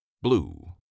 Blue